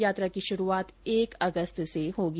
यात्रा की शुरूआत एक अगस्त से होगी